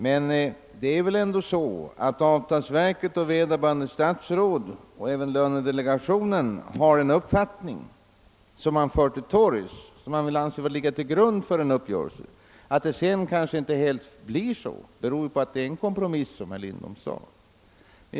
Men det är väl ändå så att avtalsverket, vederbörande statsråd och även lönedelegationen har en uppfattning som man för till torgs och som man vill lägga till grund för en uppgörelse. Att uppgörelsen sedan inte helt stämmer med denna uppfattning beror ju på att den är en kompromiss, som herr Lindholm också sade.